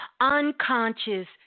unconscious